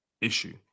issue